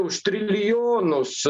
už trilijonus